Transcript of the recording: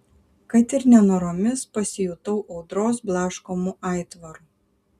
kad ir nenoromis pasijutau audros blaškomu aitvaru